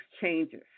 changes